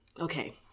Okay